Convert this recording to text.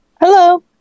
Hello